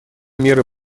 меры